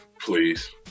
Please